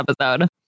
episode